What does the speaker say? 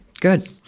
good